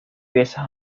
piezas